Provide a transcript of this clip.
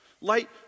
Light